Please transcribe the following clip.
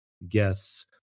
guess